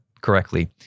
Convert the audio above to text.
correctly